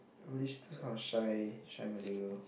those kind of shy shy Malay girl